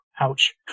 Ouch